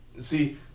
See